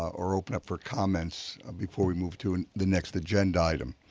or open up for comments before we move to and the next agenda item.